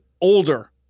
older